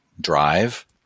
drive